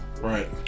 Right